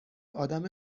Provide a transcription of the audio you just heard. آدم